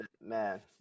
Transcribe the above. man